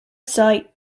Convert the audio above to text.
sight